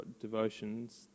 devotions